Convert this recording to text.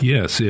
Yes